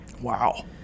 Wow